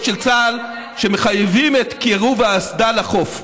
של צה"ל שמחייבים את קירוב האסדה לחוף.